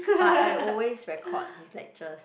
but I always record his lectures